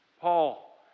Paul